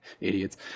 Idiots